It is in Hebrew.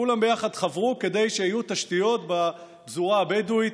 כולם ביחד חברו כדי שיהיו תשתיות בפזורה הבדואית,